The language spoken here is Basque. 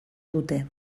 dute